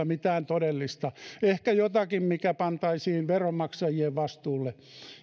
mitään todellista ehkä jotakin mikä pantaisiin veronmaksajien vastuulle